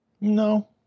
No